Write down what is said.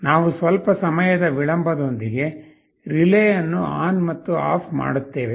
ನಾವು ಸ್ವಲ್ಪ ಸಮಯದ ವಿಳಂಬದೊಂದಿಗೆ ರಿಲೇ ಅನ್ನು ಆನ್ ಮತ್ತು ಆಫ್ ಮಾಡುತ್ತೇವೆ